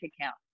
account